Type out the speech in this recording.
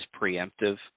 preemptive